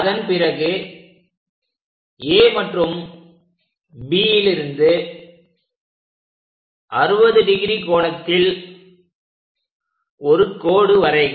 அதன்பிறகு A மற்றும் Bலிருந்து 60° கோணத்தில் ஒரு கோடு வரைக